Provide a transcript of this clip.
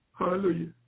Hallelujah